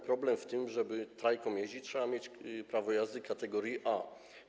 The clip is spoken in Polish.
Problem w tym, że aby trajką jeździć, trzeba mieć prawo jazdy kategorii A.